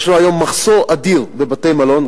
יש היום מחסור אדיר בבתי-מלון,